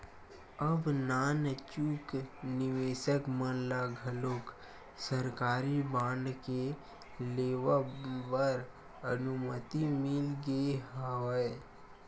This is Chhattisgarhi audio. अब नानचुक निवेसक मन ल घलोक सरकारी बांड के लेवब बर अनुमति मिल गे हवय